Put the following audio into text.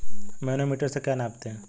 Manometer से क्या नापते हैं?